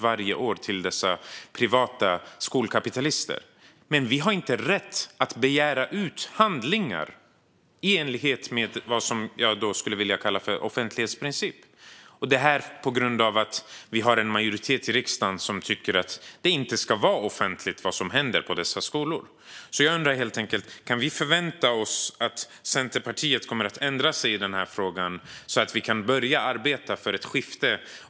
Varför ska det vara okej att vi betalar miljarder men att vi inte har rätt att begära ut handlingar i enlighet med vad jag skulle vilja kalla offentlighetsprincipen? Det beror på att en majoritet i riksdagen tycker att det som händer på dessa skolor inte ska vara offentligt. Jag undrar helt enkelt om vi kan förvänta oss att Centerpartiet kommer att ändra sig i frågan, så att vi kan börja arbeta för ett skifte.